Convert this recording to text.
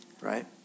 right